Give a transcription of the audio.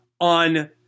on